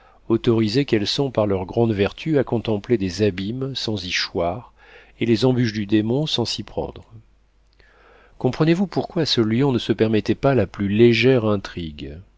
autorisées qu'elles sont par leurs grandes vertus à contempler des abîmes sans y choir et les embûches du démon sans s'y prendre comprenez-vous pourquoi ce lion ne se permettait pas la plus légère intrigue